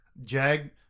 Jag